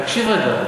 תקשיב רגע,